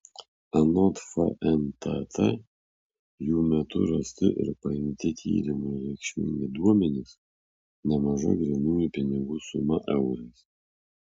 anot fntt jų metu rasti ir paimti tyrimui reikšmingi duomenys nemaža grynųjų pinigų suma eurais